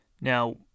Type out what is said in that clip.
Now